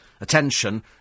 attention